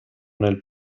nel